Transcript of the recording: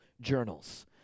journals